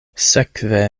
sekve